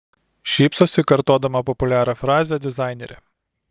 šypsosi kartodama populiarią frazę dizainerė